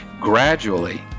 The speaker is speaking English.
Gradually